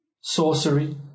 sorcery